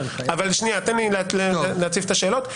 תן לי קודם להציף את השאלות.